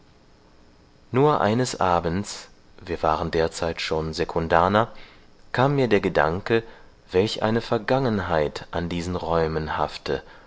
nur eines abends wir waren derzeit schon sekundaner kam mir der gedanke welch eine vergangenheit an diesen räumen hafte